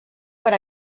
per